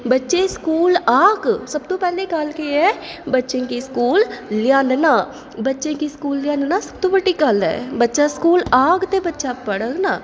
बच्चे स्कूल आह्ग सब तू पैह्लें गल्ल केह् ऐ बच्चें गी स्कूल लेई आह्नना बच्चें गी स्कूल लेई आह्नना सब तू बड्डी गल्ल ऐ बच्चा स्कूल आह्ग ते बच्चा पढ़ग ना